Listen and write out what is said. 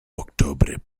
octobre